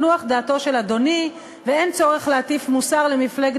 הזכאות הזאת יכולה להיות על-פני שלוש תקופות במצטבר.